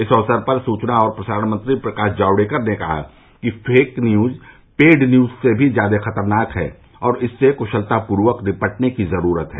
इस अवसर पर सूचना और प्रसारण मंत्री प्रकाश जावड़ेकर ने कहा कि फेक न्यूज पेड न्यूज से भी ज्यादा खतरनाक है और इससे कूशलतापूर्वक निपटने की जरूरत है